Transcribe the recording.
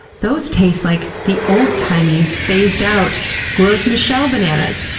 those taste like the old-timey phased-out gros michel bananas,